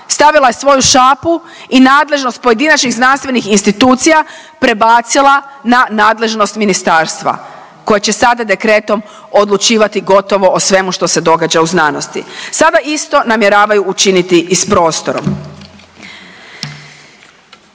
Stavila je svoju šapu i nadležnost pojedinačnih znanstvenih institucija prebacila na nadležnost ministarstva koje će sada dekretom odlučivati gotovo o svemu što se događa u znanosti. Sada isto namjeravaju učiniti i s prostorom.